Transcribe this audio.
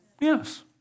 Yes